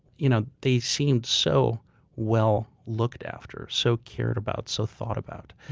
you know they seem so well looked after, so cared about, so thought about.